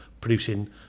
producing